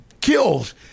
kills